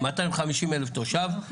250,000 תושבים,